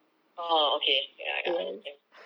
oh okay ya I understand